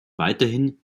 weiterhin